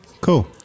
cool